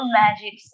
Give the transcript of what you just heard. magic